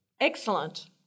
Excellent